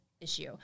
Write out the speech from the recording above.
issue